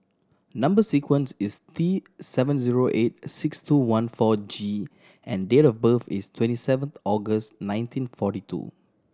number sequence is T seven zero eight six two one four G and date of birth is twenty seventh August nineteen forty two